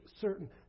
certain